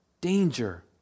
danger